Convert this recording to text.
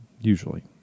usually